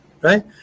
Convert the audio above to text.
right